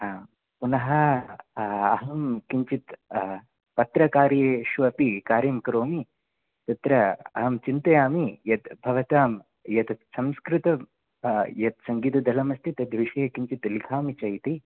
आम् पुनः अहं किञ्चित् पत्रकार्येष्वपि कार्यं करोमि तत्र अहं चिन्तयामि यत् भवतां यद् संस्कृत यद् सङ्गीतदलमस्ति तद् विषये किञ्चित् लिखामि च इति